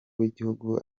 w’igihugu